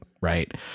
right